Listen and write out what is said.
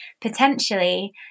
potentially